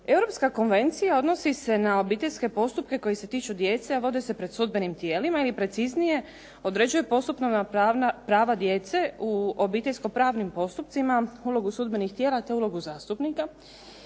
Europska konvencija odnosi se na obiteljske postupke koji se tiču djece, a vode se pred sudbenim tijelima ili preciznije, određuje postupovna prava djece u obiteljsko pravnim postupcima, ulogu sudbenih tijela, te ulogu zastupnika.